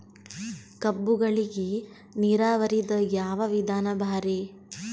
ಕಬ್ಬುಗಳಿಗಿ ನೀರಾವರಿದ ಯಾವ ವಿಧಾನ ಭಾರಿ?